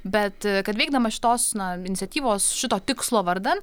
bet kad veikdamas šitos na iniciatyvos šito tikslo vardan